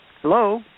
Hello